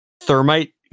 Thermite